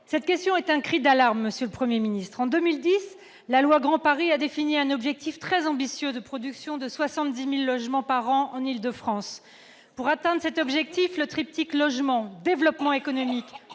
Cette question est un cri d'alarme. En 2010, la loi sur le Grand Paris a défini un objectif très ambitieux de production de 70 000 logements par an en Île-de-France. Pour atteindre cet objectif, le triptyque logement-développement